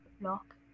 Lock